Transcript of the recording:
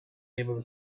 able